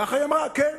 ככה היא אמרה, כן.